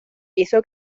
hizo